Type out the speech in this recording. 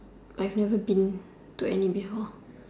but I've never been to any before